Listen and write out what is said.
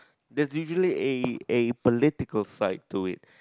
there's usually a a political side to it